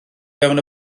fewn